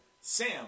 Sam